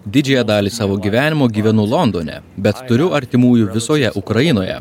didžiąją dalį savo gyvenimo gyvenu londone bet turiu artimųjų visoje ukrainoje